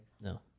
No